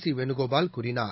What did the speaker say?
சிவேணுகோபால் கூறினார்